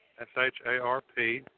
S-H-A-R-P